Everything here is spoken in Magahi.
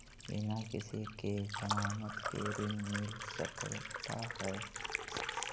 बिना किसी के ज़मानत के ऋण मिल सकता है?